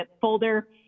folder